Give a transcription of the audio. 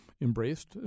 embraced